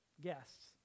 guests